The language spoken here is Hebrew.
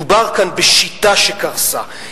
מדובר כאן בשיטה שקרסה.